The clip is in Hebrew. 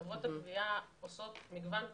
חברות הגבייה עושות מגוון פעולות.